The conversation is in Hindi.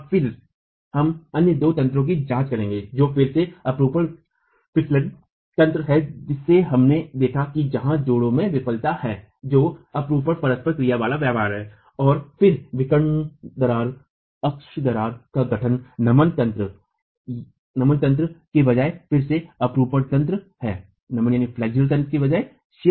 और फिर हम अन्य दो तंत्रों की जांच करेंगे जो फिर से अपरूपण फिसलन तंत्र है जिसे हमने देखा कि जहां जोड़ों में विफलता है जो अपरूपण परस्पर क्रिया वाला व्यवहार है और फिर विकर्ण दरारें एक्स दरारें का गठन नमन तंत्र के बजाय फिर से एक अपरूपण तंत्र है